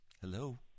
Hello